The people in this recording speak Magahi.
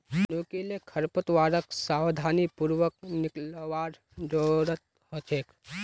नुकीले खरपतवारक सावधानी पूर्वक निकलवार जरूरत छेक